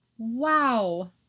Wow